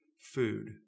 food